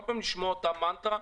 כל הזמן לשמוע אותה מנטרה,